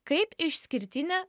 kaip išskirtinė